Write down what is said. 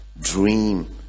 Dream